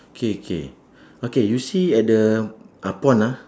K K okay you see at the ah pond ah